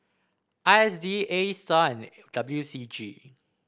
I S D A Star and W C G